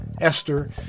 Esther